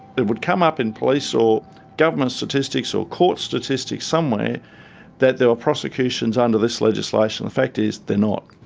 it would come up in police or government statistics, or court statistics somewhere that there were prosecutions under this legislation. the fact is, they're not.